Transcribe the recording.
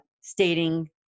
stating